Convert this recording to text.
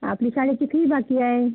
आपली शाळेची फीही बाकी आहे